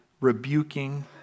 rebuking